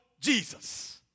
Jesus